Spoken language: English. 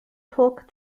tok